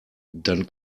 dann